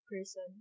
person